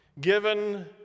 Given